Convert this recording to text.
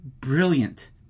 Brilliant